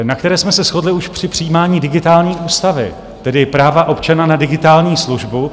na které jsme se shodli už při přijímání digitální ústavy, tedy práva občana na digitální službu.